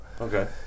Okay